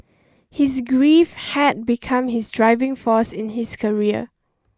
his grief had become his driving force in his career